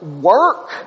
work